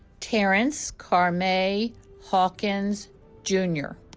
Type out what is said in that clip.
terence carmay hawkins jr.